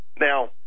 Now